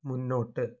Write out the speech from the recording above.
മുന്നോട്ട്